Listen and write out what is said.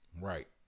Right